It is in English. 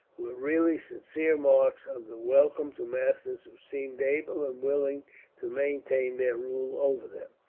were really sincere marks of the welcome to masters who seemed able and willing to maintain their rule over them.